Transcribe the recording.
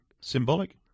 Symbolic